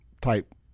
type